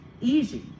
easy